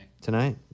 Tonight